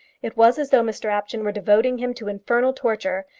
it was as though mr apjohn were devoting him to infernal torture,